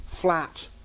flat